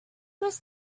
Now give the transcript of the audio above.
was